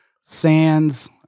Sands